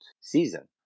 season